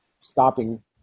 stopping